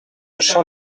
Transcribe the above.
champ